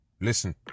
listen